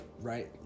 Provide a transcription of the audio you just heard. right